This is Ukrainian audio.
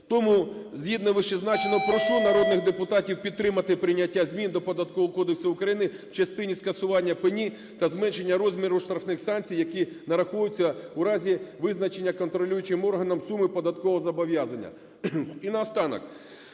Тому, згідно вищезазначеного, прошу народних депутатів підтримати прийняття змін до Податкового кодексу України в частині скасування пені та зменшення розміру штрафних санкцій, які нараховуються в разі визначення контролюючим органом суми податкового зобов'язання. І наостанок.